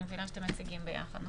אני מבינה שאתם מציגים ביחד.